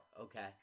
okay